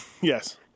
Yes